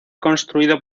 construido